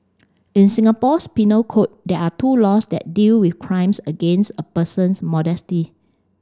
in Singapore's penal code there are two laws that deal with crimes against a person's modesty